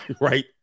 Right